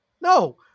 No